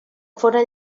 foren